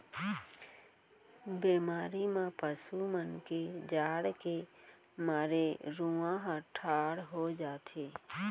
बेमारी म पसु मन के जाड़ के मारे रूआं ह ठाड़ हो जाथे